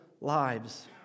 lives